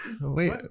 Wait